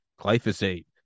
glyphosate